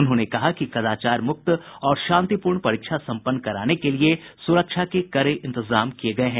उन्होंने कहा कि कदाचार मुक्त और शांतिपूर्ण परीक्षा संपन्न कराने के लिए सुरक्षा के कड़े इंतजाम किये गये हैं